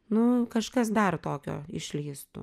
nu kažkas dar tokio išlįstų